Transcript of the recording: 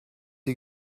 die